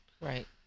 Right